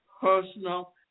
personal